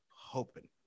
hoping